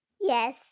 Yes